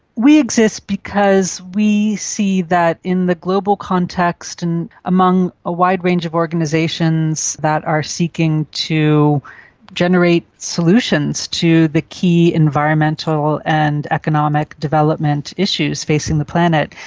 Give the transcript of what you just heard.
we exist because we see that in the global context and among a wide range of organisations that are seeking to generate solutions to the key environmental and economic development issues facing the planet,